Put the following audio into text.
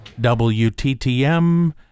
WTTM